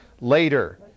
later